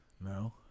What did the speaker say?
No